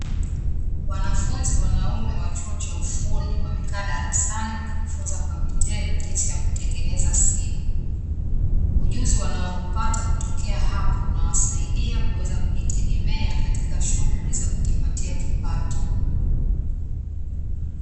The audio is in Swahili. Wanafunzi wanaume wa chuo cha ufundi, wamekaa darasani wakijifunza kwa vitendo jinsi ya kutengeneza simu. Ujuzi wanaoupata kutokea hapo, unawasaidia kuweza kujitegemea katika shughuli za kujipatia kipato.